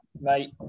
mate